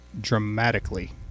dramatically